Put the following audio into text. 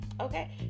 Okay